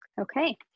Okay